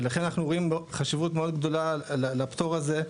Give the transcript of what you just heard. ולכן אנחנו רואים חשיבות מאוד גדולה בפטור הזה,